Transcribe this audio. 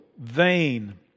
vain